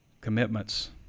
Commitments